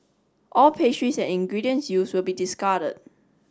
all pastries ingredients use will be discarded